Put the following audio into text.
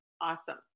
awesome